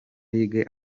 league